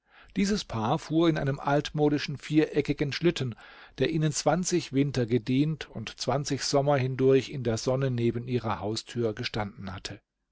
dieses paar fuhr in einem altmodischen viereckigen schlitten der ihnen zwanzig winter gedient und zwanzig sommer hindurch in der sonne neben ihrer haustür gestanden hatte